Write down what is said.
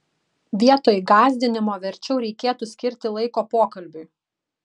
vietoj gąsdinimo verčiau reikėtų skirti laiko pokalbiui